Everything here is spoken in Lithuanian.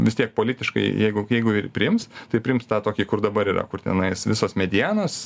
vis tiek politiškai jeigu jeigu ir priims tai priims tą tokį kur dabar yra kur tenais visos medianos